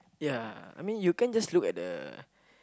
yeah I mean you can't just look at the